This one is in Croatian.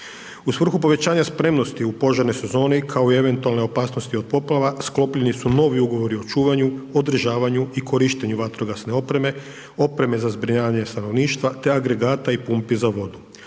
U svrhu povećanja spremnosti u požarnoj sezoni, kao i eventualne opasnosti od poplava, sklopljeni su novi ugovori o čuvanju, održavanju i korištenju vatrogasne opreme, opreme za zbrinjavanje stanovništva te agregata i pumpi za vodu.